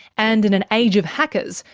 and in an age of hackers,